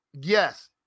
yes